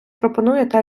пропонуєте